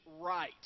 right